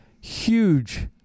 huge